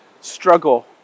struggle